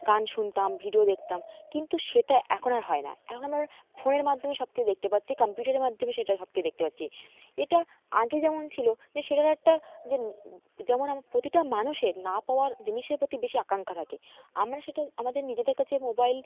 গান শুনতাম ভিডিও দেখতাম কিন্তু সেটা এখন আর হয় না এখন আমার ফোনের মাধ্যমে সব কিচু দেখতে পাচ্ছি কাম্পিউটারের মাধ্যমে সেটা সব কিছু দেখতে পাচ্ছি এটা আগে যেমন ছিলো যে সেটার একটা যে যেমন প্রতিটা মানুষের না পাওয়ার জিনিসের প্রতি বেশি আকাঙ্ক্ষা থাকে আমরা সেটা আমাদের নিজেদের কাছে মোবাইল